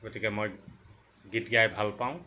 গতিকে মই গীত গাই ভাল পাওঁ